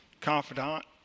confidant